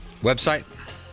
Website